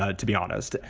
ah to be honest.